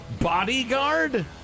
bodyguard